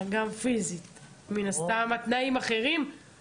אני גם אמרתי שאני מבינה את הצרכים של השב"ס.